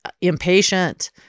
impatient